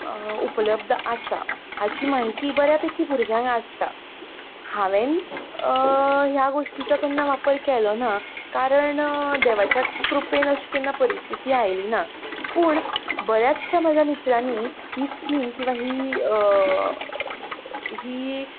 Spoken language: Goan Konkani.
उपलब्ध आसा हाची म्हायती बऱ्या पैकी भुरग्यांक आसता हांवें ह्या गोष्टीचो केन्ना वापर केलो ना कारण देवाच्या कृपेन अशी केन्ना परिस्थिती आयली ना पूण बऱ्याचशा म्हज्या मित्रांनी ही स्किम किंवां ही ही